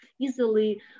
easily